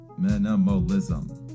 minimalism